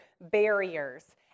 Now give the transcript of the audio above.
barriers